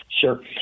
Sure